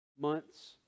Months